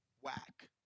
whack